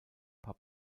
paar